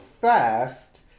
fast